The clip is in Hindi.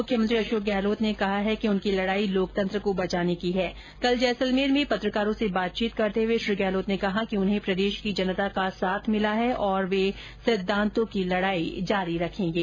मुख्यमंत्री अशोक गहलोत ने कहा है कि उनकी लड़ाई लोकतंत्र को बचाने की हैं कल जैसलमेर में पत्रकारो से बातचीत करते हये श्री गहलोत ने कहा कि उन्हें प्रदेश की जनता का साथ मिला है और वे सिद्धांतों की लड़ाई जारी रखेंगे